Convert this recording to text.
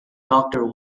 doctor